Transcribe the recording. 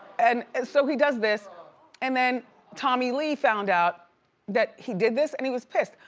and and so he does this and then tommy lee found out that he did this and he was pissed.